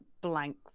blank